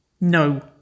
No